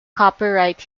copyright